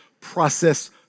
process